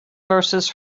verses